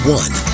one